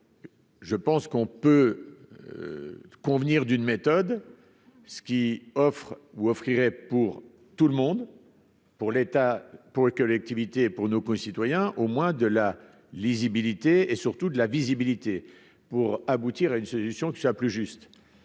Je pense qu'on peut convenir d'une méthode, ce qui offre ou offriraient pour tout le monde pour l'État pour que l'activité pour nos concitoyens, au moins de la lisibilité et surtout de la visibilité pour aboutir à une solution qui soit plus juste,